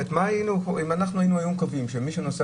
אם אנחנו היינו קובעים היום שמי שנוסע